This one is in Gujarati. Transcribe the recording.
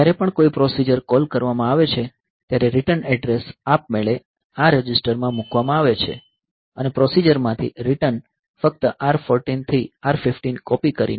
જ્યારે પણ કોઈ પ્રોસીજર કૉલ કરવામાં આવે છે ત્યારે રિટર્ન એડ્રેસ આપમેળે આ રજિસ્ટરમાં મૂકવામાં આવે છે અને પ્રોસીજરમાંથી રિટર્ન ફક્ત R 14 થી R 15 કૉપિ કરીને થાય છે